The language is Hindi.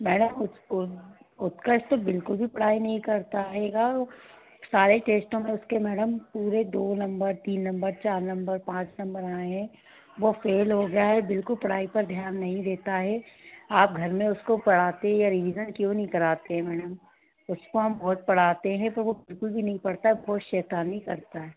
मैडम उसको उत्कर्ष तो बिल्कुल भी पढ़ाई नहीं करता रहेगा सारे टेस्टों में उसके मैडम पूरे दो नंबर तीन नंबर चार नंबर पाँच नंबर आए हैं वह फेल हो गया है बिल्कुल पढ़ाई पर ध्यान नहीं देता है आप घर में उसको पढ़ाती हैं रीविजन क्यों नहीं कराती हैं मैडम उसको हम बहुत पढ़ाते हैं तो वो बिल्कुल भी नहीं पढ़ता है और बहुत शैतानी करता है